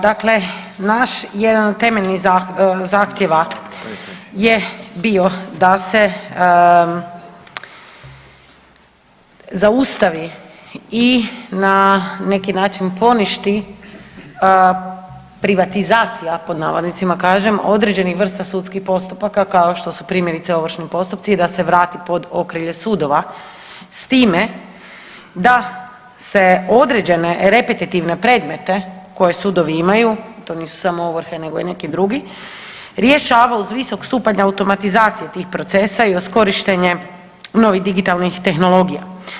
Dakle, naš jedan od temeljnih zahtjeva je bio da se zaustavi i na neki način poništi privatizacija pod navodnicima kažem određenih vrsta sudskih postupaka kao što su primjerice ovršni postupci i da se vrati pod okrilje sudova s time da se određene repetitivne predmete koje sudovi imaju, to nisu samo ovrhe, nego i neki drugi, rješava uz visok stupanj automatizacije tih procesa i uz korištenje novih digitalnih tehnologija.